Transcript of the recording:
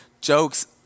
Jokes